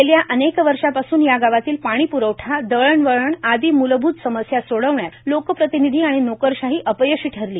गेल्या अनेक वर्षा पासून या गावांतील पाणी प्रवठा दळणवळण आदी मूलभूत समस्या सोडवण्यात लोकप्रतिनिधी आणि नोकरशाही अपयशी ठरली